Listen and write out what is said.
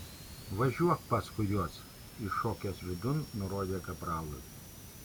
važiuok paskui juos įšokęs vidun nurodė kapralui